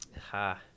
Ha